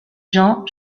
gens